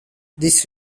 this